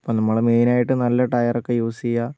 അപ്പം നമ്മൾ മെയിൻ ആയിട്ടും നല്ല ടയറൊക്കെ യൂസ് ചെയ്യുക